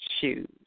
shoes